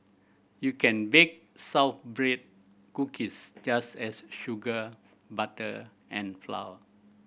you can bake cookies just as sugar butter and flour